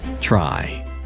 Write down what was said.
Try